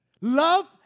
Love